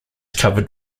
covered